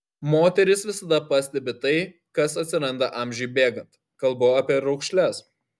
moterys visada pastebi tai kas atsiranda amžiui bėgant kalbu apie raukšles